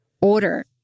order